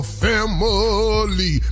family